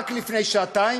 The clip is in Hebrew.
רק לפני שעתיים,